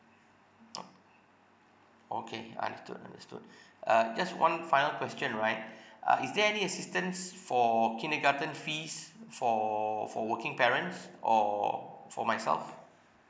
oh okay understood understood uh just one final question right uh is there any assistance for kindergarten fees for for working parents or for myself